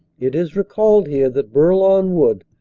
it is recalled here that bourlon wood,